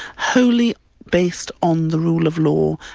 wholly based on the rule of law,